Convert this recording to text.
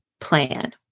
plan